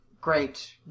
Great